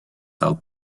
out